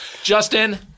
Justin